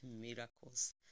miracles